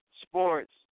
Sports